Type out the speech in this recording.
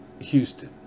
Houston